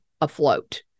afloat